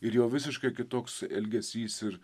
ir jo visiškai kitoks elgesys ir